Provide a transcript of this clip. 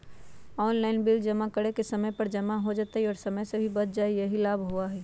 Online bill जमा करे से समय पर जमा हो जतई और समय भी बच जाहई यही लाभ होहई?